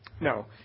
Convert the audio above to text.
No